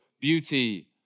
beauty